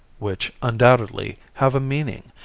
which undoubtedly have a meaning,